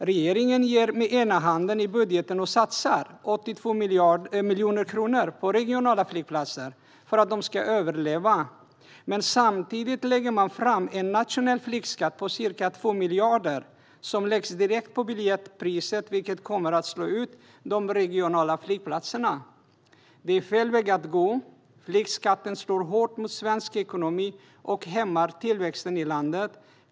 Regeringen ger med ena handen i budgeten och satsar 82 miljoner kronor på regionala flygplatser för att de ska överleva, men samtidigt lägger man fram en nationell flygskatt på ca 2 miljarder som läggs direkt på biljettpriset, vilket kommer att slå ut de regionala flygplatserna. Det är fel väg att gå. Flygskatten slår hårt mot svensk ekonomi och hämmar tillväxten i landet.